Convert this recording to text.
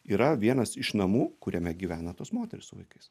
yra vienas iš namų kuriame gyvena tos moterys su vaikais